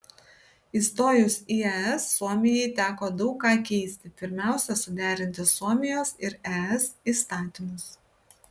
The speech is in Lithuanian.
įstojus į es suomijai teko daug ką keisti pirmiausia suderinti suomijos ir es įstatymus